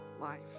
life